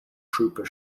trooper